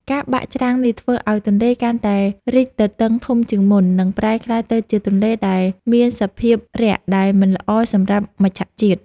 ការបាក់ច្រាំងនេះធ្វើឱ្យទន្លេកាន់តែរីកទទឹងធំជាងមុន និង ប្រែក្លាយទៅជាទន្លេដែលមានសភាពរាក់ដែលមិនល្អសម្រាប់មច្ឆជាតិ។